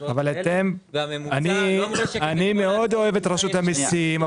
הוצאות כאלה והממוצע לא --- אני מאוד אוהב את רשות המסים,